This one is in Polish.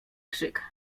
krzyk